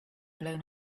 blown